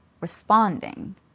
responding